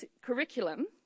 Curriculum